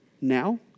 now